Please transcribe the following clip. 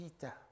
Peter